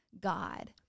God